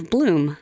Bloom